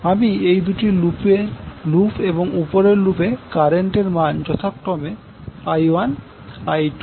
আমি এই দুটি লুপ এবং উপরের লুপ এ কারেন্টের মান যথাক্রমে I1 I2 এবং I3 দেবো